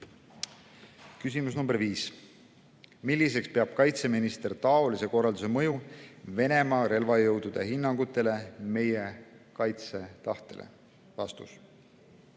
Küsimus number viis: "Milliseks peab kaitseminister taolise korralduse mõju Venemaa relvajõudude hinnangutele meie kaitsetahtele?"